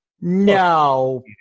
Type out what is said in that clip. No